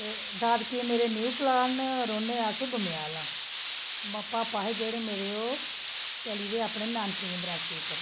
ते दादकिये मेरे न्यू प्लॉट न रौह्न्नें अस बमेयाल आं भापा हे जेह्ड़े मेरे ओह् चली दे अपने नानकियें दी बरासती उप्पर